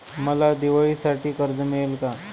मला दिवाळीसाठी कर्ज मिळेल का?